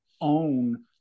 own